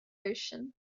ocean